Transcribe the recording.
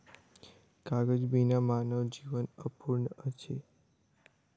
कागज बिना मानव जीवन अपूर्ण अछि